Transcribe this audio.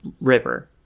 river